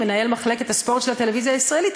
מנהל מחלקת הספורט של הטלוויזיה הישראלית,